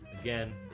Again